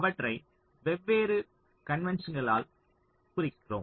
அவற்றை வெவ்வேறு வண்ண கன்வென்ஸன்களால் குறிக்கிறோம்